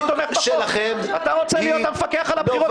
אתה רוצה להיות המפקח על הבחירות?